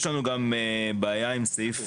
יש לנו גם בעיה עם סעיף